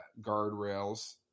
guardrails